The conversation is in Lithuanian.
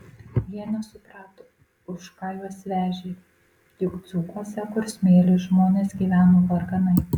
jie nesuprato už ką juos vežė juk dzūkuose kur smėlis žmonės gyveno varganai